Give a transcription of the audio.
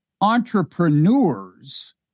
entrepreneurs